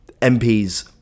MPs